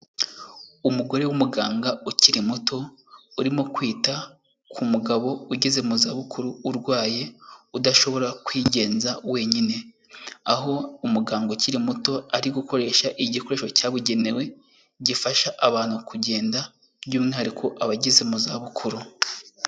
Umugore w'umuganga ukiri muto, urimo kwita ku mugabo ugeze mu zabukuru urwaye, udashobora kwigenza wenyine. Aho umuganga ukiri muto ari gukoresha igikoresho cyabugenewe, gifasha abantu kugenda by'umwihariko abageze mu zabukuru.